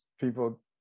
people